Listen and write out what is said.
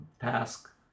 task